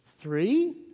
three